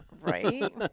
Right